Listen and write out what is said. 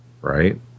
right